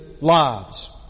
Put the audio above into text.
lives